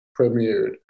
premiered